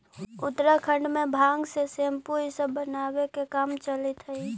उत्तराखण्ड में भाँग से सेम्पू इ सब बनावे के काम चलित हई